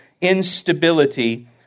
instability